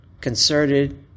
concerted